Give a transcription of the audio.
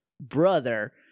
brother